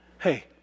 Hey